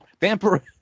Vampire